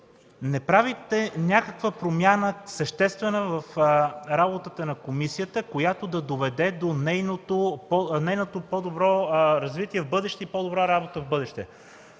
не правите някаква съществена промяна в работата на комисията, която да донесе до нейното по-добро развитие в бъдеще, по-добра работа в бъдеще.